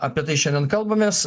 apie tai šiandien kalbamės